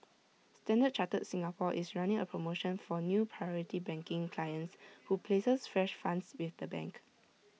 standard chartered Singapore is running A promotion for new priority banking clients who places fresh funds with the bank